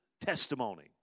testimony